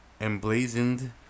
emblazoned